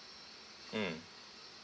mm